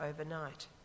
overnight